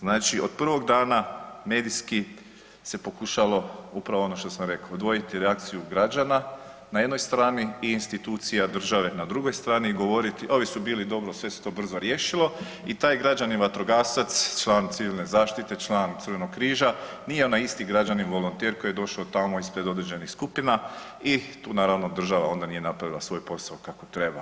Znači od prvog dana medijski se pokušalo upravo ono što sam rekao, odvojiti reakciju građana na jednoj strani i institucija države na drugoj strani i govoriti ovi su bili dobro, sve se to brzo riješilo i taj građanin vatrogasac, član civilne zaštite, član crvenog križa nije onaj isti građanin volonter koji je došao tamo ispred određenih skupina i tu naravno država onda nije napravila svoj posao kako treba.